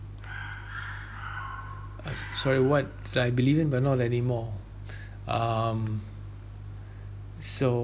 uh sorry what I believe in but not anymore um so